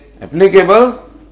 applicable